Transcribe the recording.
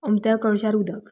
ओमत्या कळशार उदक